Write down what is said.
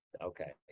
Okay